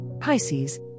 pisces